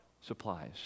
supplies